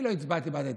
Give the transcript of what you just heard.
בעד ההתנתקות,